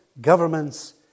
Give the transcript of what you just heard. governments